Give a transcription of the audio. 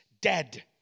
dead